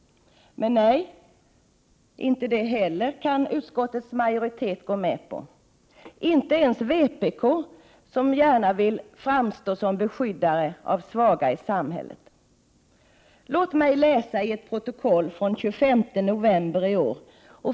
Men inte heller detta kan utskottsmajoriteten gå med på, inte ens vpk som gärna vill framstå som beskyddare av de svaga i samhället. Låt mig läsa ur ett protokoll av den 25 november i år.